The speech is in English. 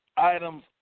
Items